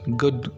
good